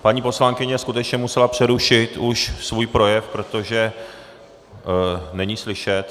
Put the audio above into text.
Paní poslankyně skutečně musela přerušit svůj projev, protože není slyšet.